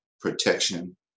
Protection